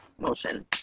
Motion